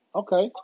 okay